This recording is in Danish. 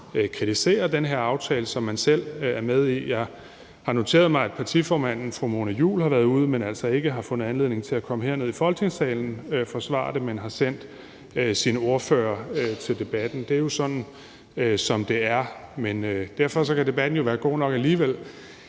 kritisere den her aftale, som man selv er med i. Jeg har noteret mig, at partiformanden, fru Mona Juul, har været ude, men altså ikke har fundet anledning til at komme herned i Folketingssalen og forsvare det, men har sendt sin ordfører til debatten. Det er jo, som det er, men derfor kan debatten jo være god nok alligevel.